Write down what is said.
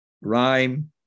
rhyme